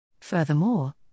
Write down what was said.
Furthermore